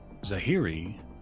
Zahiri